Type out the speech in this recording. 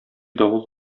давыл